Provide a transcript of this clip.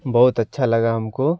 बहुत अच्छा लगा हमको